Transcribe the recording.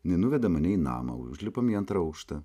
jinai nuveda mane į namą užlipam į antrą aukštą